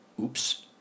oops